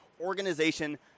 organization